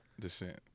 descent